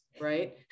right